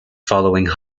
following